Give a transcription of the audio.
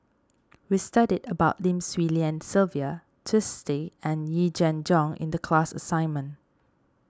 we studied about Lim Swee Lian Sylvia Twisstii and Yee Jenn Jong the class assignment